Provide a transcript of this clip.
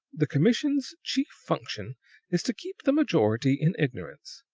the commission's chief function is to keep the majority in ignorance,